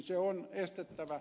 se on estettävä